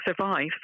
survive